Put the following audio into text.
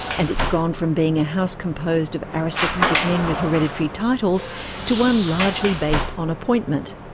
and it's gone from being a house composed of aristocratic men with hereditary titles to one largely based on appointment.